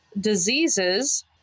diseases